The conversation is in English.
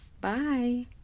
Bye